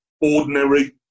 ordinary